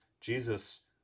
jesus